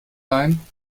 leihen